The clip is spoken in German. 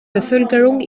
bevölkerung